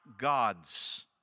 God's